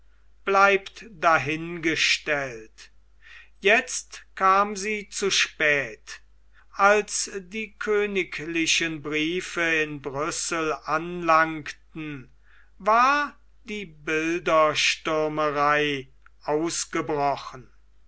bleibt dahin gestellt jetzt kam sie zu spät als die königlichen briefe in brüssel anlangten war die bilderstürmerei ausgebrochen